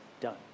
done